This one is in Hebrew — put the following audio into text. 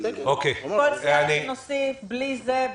------ כל --- שנוסיף בלי זה,